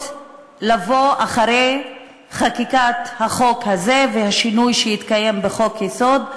לבוא אחרי חקיקת החוק הזה והשינוי שיתקיים בחוק-יסוד,